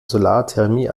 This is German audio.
solarthermie